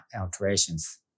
alterations